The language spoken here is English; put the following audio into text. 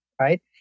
right